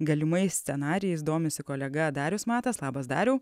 galimais scenarijais domisi kolega darius matas labas dariau